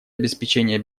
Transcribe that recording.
обеспечения